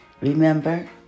Remember